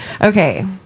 Okay